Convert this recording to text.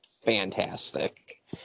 fantastic